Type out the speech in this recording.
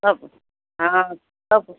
सब हाँ सब